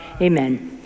Amen